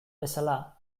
bezala